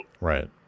Right